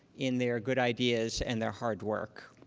in their good ideas, and their hard work.